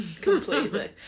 completely